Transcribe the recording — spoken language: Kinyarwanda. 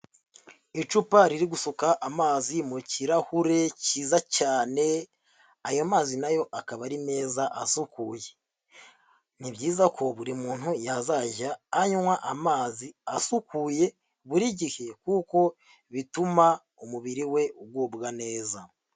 Icupa riri gusuka amazi mu kirahure cyiza cyane, ayo mazi nayo akaba ari meza asukuye, ni byiza ko buri muntu yazajya anywa amazi asukuye buri gihe kuko bituma umubiri we ugubwa neza.